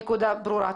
הנקודה ברורה,